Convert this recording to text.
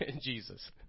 Jesus